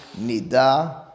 nida